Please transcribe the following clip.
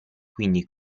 quindi